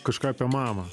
kažką apie mamą